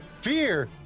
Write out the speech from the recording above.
fear